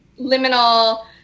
liminal